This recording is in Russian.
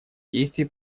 действий